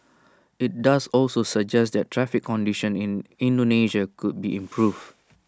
IT does also suggest that traffic conditions in Indonesia could be improved